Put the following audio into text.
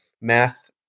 math